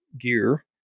gear